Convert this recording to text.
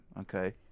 Okay